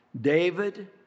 David